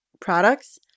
products